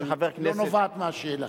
אבל היא לא נובעת מהשאלה.